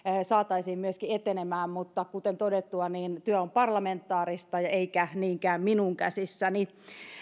myöskin etenemään mutta kuten todettua työ on parlamentaarista eikä niinkään minun käsissäni